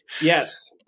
Yes